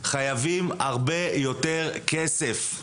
חייבים הרבה יותר כסף,